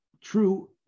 true